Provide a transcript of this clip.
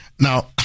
Now